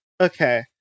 Okay